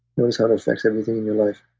notice how that affects everything in your life